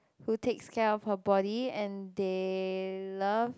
who takes care of her body and they love